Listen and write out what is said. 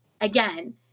again